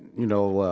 you know,